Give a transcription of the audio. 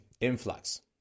influx